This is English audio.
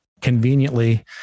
conveniently